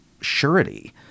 Surety